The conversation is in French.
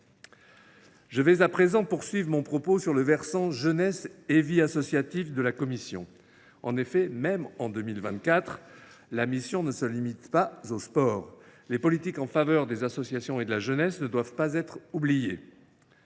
terrains de sport ». J’en viens au versant « Jeunesse et vie associative » de la mission. En effet, même en 2024, celle ci ne se limite pas au sport ! Les politiques en faveur des associations et de la jeunesse ne doivent pas être oubliées.